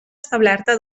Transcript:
establerta